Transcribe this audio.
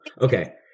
Okay